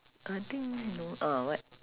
I think no uh what